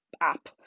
app